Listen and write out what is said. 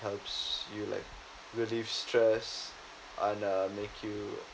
helps you like relieve stress and uh make you